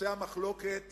בנושא המחלוקת